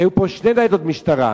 כי היו פה שתי ניידות משטרה.